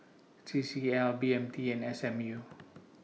C C L B M T and S M U